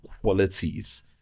qualities